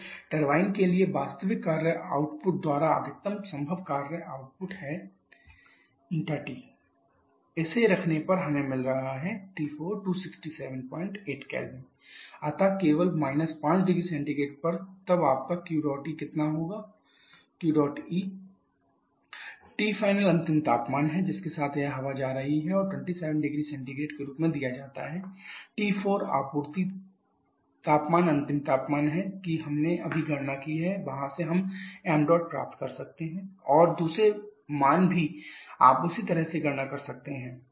तो टरबाइन के लिए ηT वास्तविक कार्य आउटपुट द्वारा अधिकतम संभव कार्य आउटपुट है TT3 T4sT3 T4 इसे रखने पर हमें मिल रहा है T4 2678 K अतः केवल − 5 0C पर तब आपका Q dot E कितना होगा QE4 kWmcp Tfinal अंतिम तापमान है जिसके साथ यह हवा जा रही है और 27 0C के रूप में दिया जाता है T4 आपूर्ति तापमान अंतिम तापमान है कि हमने अभी गणना की है वहां से हम ṁ प्राप्त कर सकते हैं ṁ 0124 kgs और दूसरे मान भी आप उसी तरह से गणना कर सकते हैं